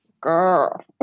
girl